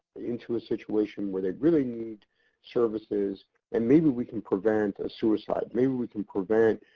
into a situation, where they really need services and maybe we can prevent a suicide. maybe we can prevent,